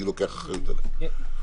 אני לוקח אחריות עליה.